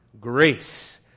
grace